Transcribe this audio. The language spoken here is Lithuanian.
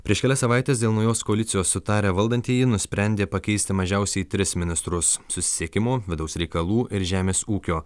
prieš kelias savaites dėl naujos koalicijos sutarę valdantieji nusprendė pakeisti mažiausiai tris ministrus susisiekimo vidaus reikalų ir žemės ūkio